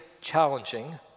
challenging